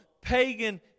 pagan